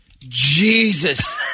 Jesus